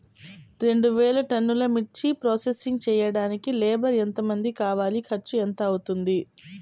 రెండు వేలు టన్నుల మిర్చి ప్రోసెసింగ్ చేయడానికి లేబర్ ఎంతమంది కావాలి, ఖర్చు ఎంత అవుతుంది?